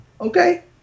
Okay